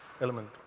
element